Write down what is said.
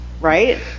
right